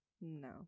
No